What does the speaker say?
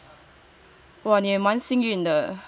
!wah! 你蛮幸运的